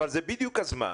זה בדיוק הזמן